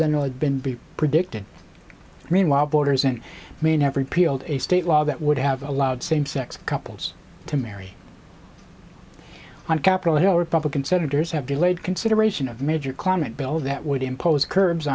than really been predicted meanwhile borders in maine every peeled a state law that would have allowed same sex couples to marry on capitol hill republican senators have delayed consideration of major climate bill that would impose cur